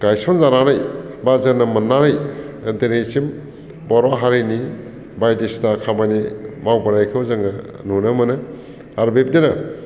गायसन जानानै बा जोनोम मोननानै दिनैसिम बर' हारिनि बायदिसिना खामानि मावबोनायखौ जोङो नुनो मोनो आरो बिब्दिनो